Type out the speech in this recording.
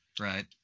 Right